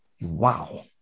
wow